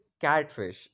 catfish